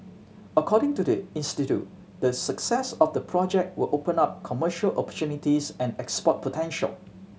according to the institute the success of the project will open up commercial opportunities and export potential